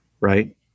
right